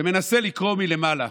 ומנסה לקרוא מלמעלה